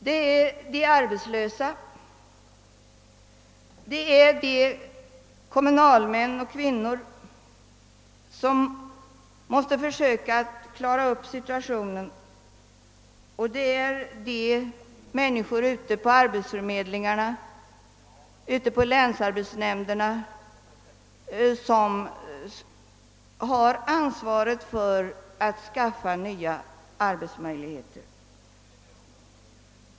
Det gäller de arbetslösa, det gäller de kommunalt verksamma män och kvinnor som måste försöka klara upp situationen, och det gäller de människor ute på arbetsförmedlingarna och på länsarbetsnämnderna som har ansvaret för att skaffa nya arbetsmöjligheter.